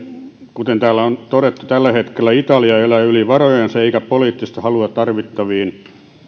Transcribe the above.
kuten täällä on todettu tällä hetkellä italia elää yli varojensa eikä poliittista halua tarvittavien